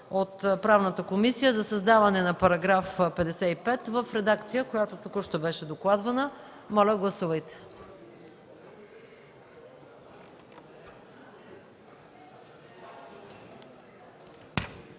от Правната комисия, за създаване на § 55 в редакция, която току-що беше докладвана. Моля, гласувайте.